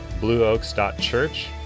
blueoaks.church